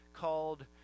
called